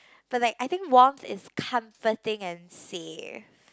but like I think warmth is comforting and safe